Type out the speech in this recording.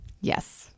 Yes